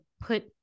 put